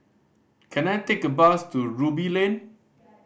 can I take a bus to Ruby Lane